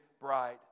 bride